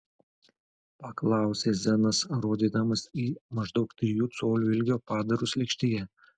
paklausė zenas rodydamas į maždaug trijų colių ilgio padarus lėkštėje